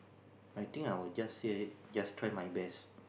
I think would just say just try my best